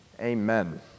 Amen